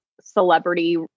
celebrity